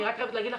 אני חייבת להגיד לך